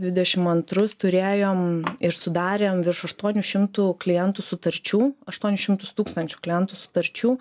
dvidešim antrus turėjom ir sudarėm virš aštuonių šimtų klientų sutarčių aštuonis šimtus tūkstančių klientų sutarčių